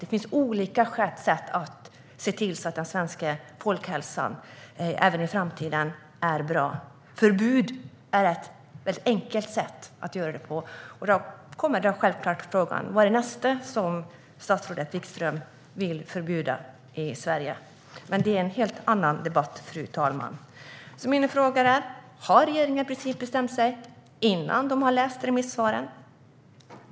Det finns olika sätt att se till att den svenska folkhälsan även i framtiden är bra. Förbud är ett väldigt enkelt sätt att göra det på. Då kommer självklart frågan: Vad är nästa sak som statsrådet Wikström vill förbjuda i Sverige? Men det är en helt annan debatt, fru talman. Mina frågor är: Har regeringen i princip bestämt sig innan den har läst remissvaren?